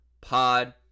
Pod